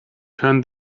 turn